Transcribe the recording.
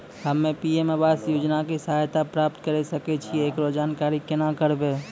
हम्मे पी.एम आवास योजना के सहायता प्राप्त करें सकय छियै, एकरो जानकारी केना करबै?